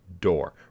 door